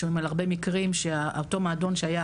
אנחנו שומעים על הרבה מקרים שאותו מועדון שהיה